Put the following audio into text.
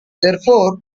therefore